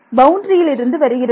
பவுண்டரியில் இருந்து வருகிறது